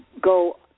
go